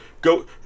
go